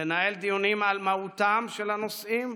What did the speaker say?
לנהל דיונים על מהותם של הנושאים,